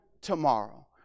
tomorrow